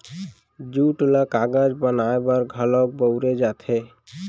jute ल कागज बनाए बर घलौक बउरे जाथे